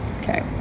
Okay